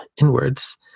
inwards